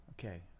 okay